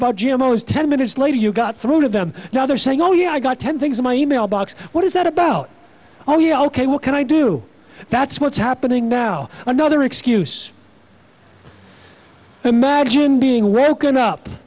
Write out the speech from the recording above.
about g m o as ten minutes later you got through to them now they're saying oh yeah i got ten things in my email box what is that about oh yeah ok what can i do that's what's happening now another excuse imagine being w